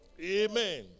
Amen